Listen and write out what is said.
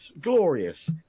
glorious